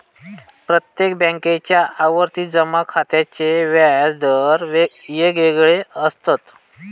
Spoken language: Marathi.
प्रत्येक बॅन्केच्या आवर्ती जमा खात्याचे व्याज दर येगयेगळे असत